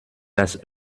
das